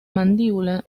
mandíbula